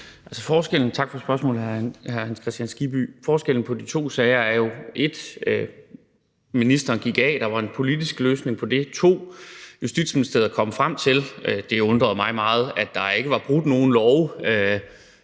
Tak for spørgsmålet, hr. Hans Kristian Skibby. Forskellen på de to sager er jo 1) ministeren gik af, og der var en politisk løsning på det, og 2) Justitsministeriet kom frem til – og det undrede mig meget – at der ikke var brudt nogen love.